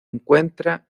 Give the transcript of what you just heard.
encuentra